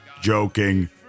Joking